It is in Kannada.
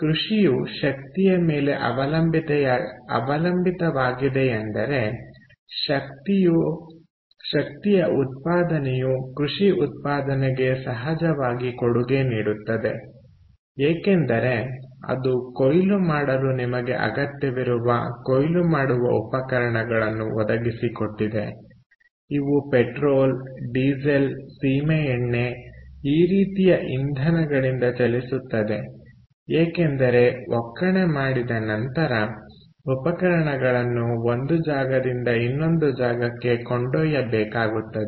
ಕೃಷಿಯು ಶಕ್ತಿಯ ಮೇಲೆ ಅವಲಂಬಿತವಾಗಿದೆಯೆಂದರೆ ಶಕ್ತಿಯ ಉತ್ಪಾದನೆಯು ಕೃಷಿ ಉತ್ಪಾದನೆಗೆ ಸಹಜವಾಗಿ ಕೊಡುಗೆ ನೀಡುತ್ತದೆ ಏಕೆಂದರೆ ಅದು ಕೊಯ್ಲು ಮಾಡಲು ನಿಮಗೆ ಅಗತ್ಯವಿರುವ ಕೊಯ್ಲು ಮಾಡುವ ಉಪಕರಣಗಳನ್ನು ಒದಗಿಸಿಕೊಟ್ಟಿದೆ ಇವು ಪೆಟ್ರೋಲ್ ಡೀಸೆಲ್ ಸೀಮೆಎಣ್ಣೆ ಈ ರೀತಿಯ ಇಂಧನಗಳಿಂದ ಚಲಿಸುತ್ತದೆ ಏಕೆಂದರೆ ಒಕ್ಕಣೆ ಮಾಡಿದ ನಂತರ ಉಪಕರಣಗಳನ್ನು ಒಂದು ಜಾಗದಿಂದ ಇನ್ನೊಂದು ಜಾಗಕ್ಕೆ ಕೊಂಡೊಯ್ಯ ಬೇಕಾಗುತ್ತದೆ